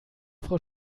frau